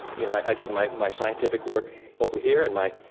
you know, i did my my scientific work over here, and my,